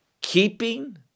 keeping